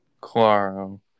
Claro